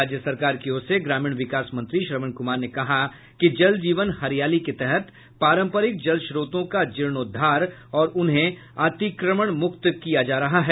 राज्य सरकार की ओर से ग्रामीण विकास मंत्री श्रवण कुमार ने कहा कि जल जीवन हरियाली के तहत पारंपरिक जलस्रोतों का जीर्णोद्धार और उन्हें अतिक्रमण मुक्त किया जा रहा है